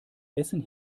essen